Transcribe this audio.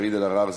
קארין אלהרר,